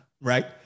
right